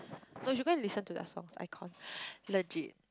you should go and listen to their songs icon legit